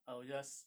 I will just